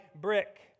brick